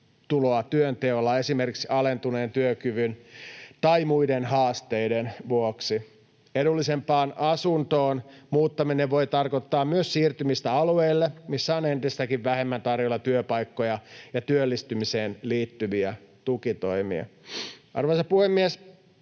työnteolla esimerkiksi alentuneen työkyvyn tai muiden haasteiden vuoksi. Edullisempaan asuntoon muuttaminen voi tarkoittaa myös siirtymistä alueelle, missä on entistäkin vähemmän tarjolla työpaikkoja ja työllistymiseen liittyviä tukitoimia. Arvoisa puhemies!